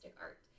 art